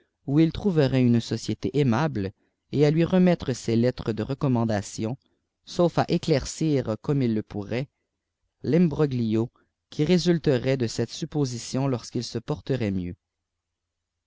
où il wpverait une société aimable et à lui remettre ses lettres de reiçopnandation sauf à éclaircir comme ils le pourraient v imbroglio qm résulterait de cette supposition lorsqu'il se porterait mieux